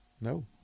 no